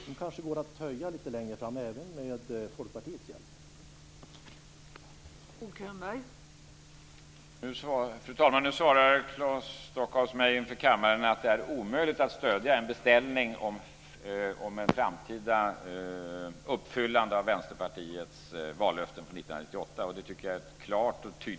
Det kanske går att töja utgiftstaken lite längre fram, även med Folkpartiets hjälp.